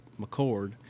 McCord